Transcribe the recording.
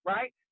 Right